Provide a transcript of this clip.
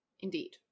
Indeed